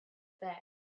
back